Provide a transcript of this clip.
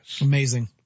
Amazing